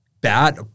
bad